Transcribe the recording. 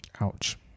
Ouch